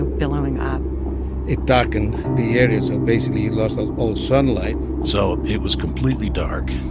billowing up it darkened the area. so basically he lost and all sunlight so it was completely dark.